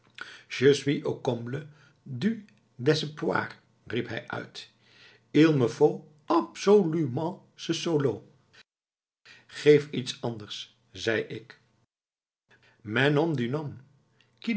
riep hij uit il me faut absolument ce solo geef iets anders zei ik